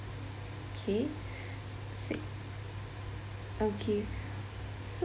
okay si~ okay